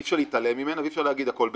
אי-אפשר להתעלם ממנה ואי-אפשר להגיד שהכול בסדר.